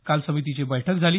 काल समितीची बैठक झाली